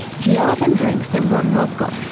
he often brings the ronroco,